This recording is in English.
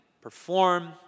perform